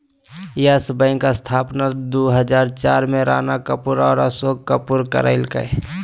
yes Bank स्थापना दू हजार चार में राणा कपूर और अशोक कपूर कइलकय